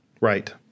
Right